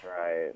right